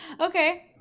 Okay